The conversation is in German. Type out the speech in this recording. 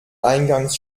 eingangs